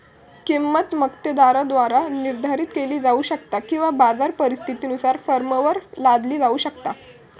किंमत मक्तेदाराद्वारा निर्धारित केली जाऊ शकता किंवा बाजार परिस्थितीनुसार फर्मवर लादली जाऊ शकता